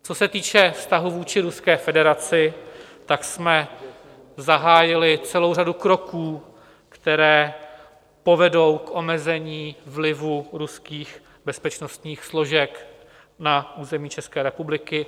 Co se týče vztahu vůči Ruské federaci, tak jsme zahájili celou řadu kroků, které povedou k omezení vlivu ruských bezpečnostních složek na území České republiky.